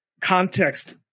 context